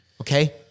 Okay